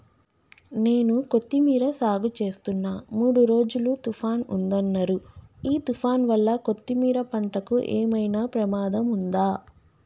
నేను కొత్తిమీర సాగుచేస్తున్న మూడు రోజులు తుఫాన్ ఉందన్నరు ఈ తుఫాన్ వల్ల కొత్తిమీర పంటకు ఏమైనా ప్రమాదం ఉందా?